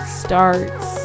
starts